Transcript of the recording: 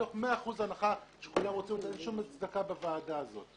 כל המטרה של הוועדה הזאת